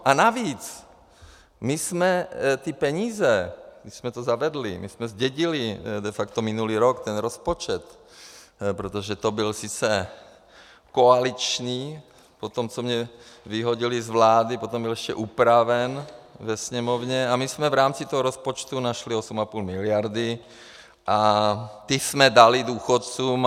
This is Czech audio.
A navíc, my jsme ty peníze, když jsme to zavedli, my jsme zdědili de facto minulý rok ten rozpočet, protože to byl sice koaliční, potom co mě vyhodili z vlády, potom byl ještě upraven ve Sněmovně, a my jsme v rámci toho rozpočtu našli 8,5 mld. a ty jsme dali důchodcům.